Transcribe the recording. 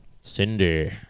Cindy